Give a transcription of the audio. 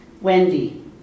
Wendy